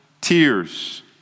tears